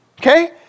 okay